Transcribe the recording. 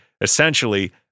essentially